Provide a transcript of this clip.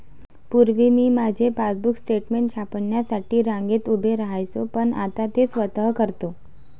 पूर्वी मी माझे पासबुक स्टेटमेंट छापण्यासाठी रांगेत उभे राहायचो पण आता ते स्वतः करतो